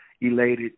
elated